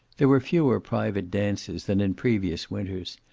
there were fewer private dances than in previous winters,